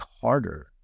harder